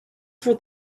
for